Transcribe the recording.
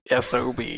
sob